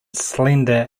slender